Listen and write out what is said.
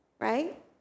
right